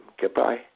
Goodbye